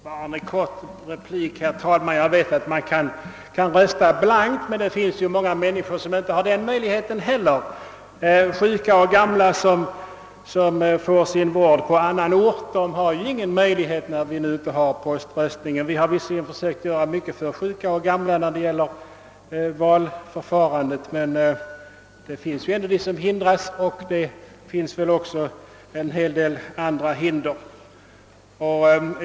Bara en kort replik, herr talman. Jag vet att man kan rösta blankt, men många har inte den möjligheten. Sjuka och gamla som får vård på annan ort kan ju inte begagna sig av poströstning genom ombud. Visserligen har vi försökt göra mycket för sjuka och gamla när det gäller valförfarandet, men inte allt. Det finns andra hinder som kan komma i fråga.